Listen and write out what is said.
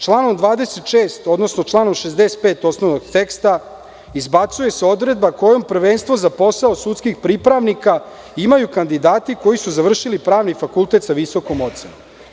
Članom 26. odnosno članom 65. osnovnog teksta izbacuje se odredba kojom prvenstvo za posao sudskih pripravnika imaju kandidati koji su završili pravni fakultet sa visokom ocenom.